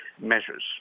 measures